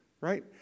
right